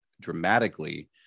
dramatically